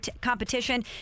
competition